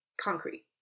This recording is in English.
concrete